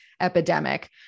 epidemic